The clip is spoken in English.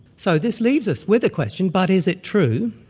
so this leaves us with a question, but is it true,